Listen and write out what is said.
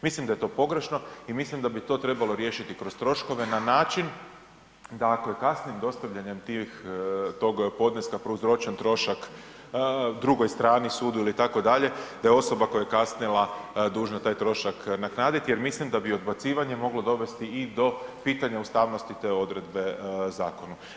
Mislim da je to pogrešno i mislim da bi to trebalo riješiti kroz troškove na način da ako je kasnijim dostavljanjem tih, tog podneska prouzročen trošak drugoj strani, sudu ili itd., da je osoba koja kasnila dužna taj trošak nadoknaditi jer mislim da bi odbacivanje moglo dovesti i do pitanja ustavnosti te odredbe zakonu.